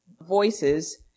voices